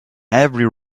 every